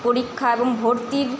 পরীক্ষা এবং ভর্তির